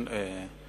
כן.